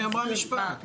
היא אמרה משפט,